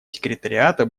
секретариата